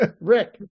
Rick